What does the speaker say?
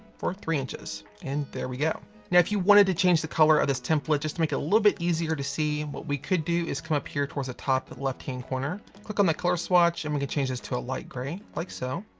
for three inches. and there we go. now if you wanted to change the color of this template just to make it a little bit easier to see, what we could do is come up here towards the top left hand corner. click on the colour swatch, and we can change this to a light gray, like so.